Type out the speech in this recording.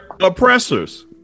oppressors